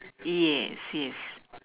yes yes